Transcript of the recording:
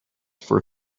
for